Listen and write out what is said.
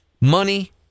Money